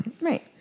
Right